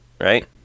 right